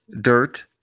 dirt